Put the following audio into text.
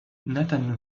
nathan